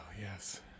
Yes